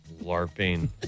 LARPing